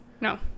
No